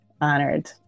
honored